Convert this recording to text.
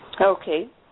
Okay